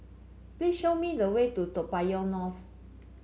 please show me the way to Toa Payoh North